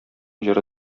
җыры